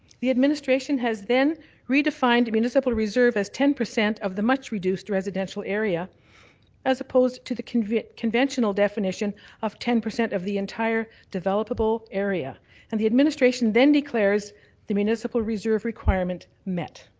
the administration has then redefined municipal reserve as ten percent of the much reduced residential area as opposed to the conventional conventional definition of ten percent of the entire developable area and the administration then declares the municipal reserve requirement met.